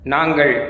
Nangal